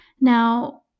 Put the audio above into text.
Now